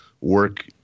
work